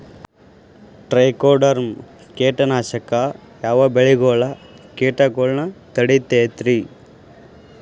Trichoderma ಕೇಟನಾಶಕ ಯಾವ ಬೆಳಿಗೊಳ ಕೇಟಗೊಳ್ನ ತಡಿತೇತಿರಿ?